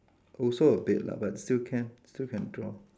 also a bit lah but still can still can draw